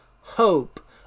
hope